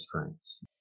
strengths